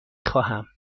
خواهم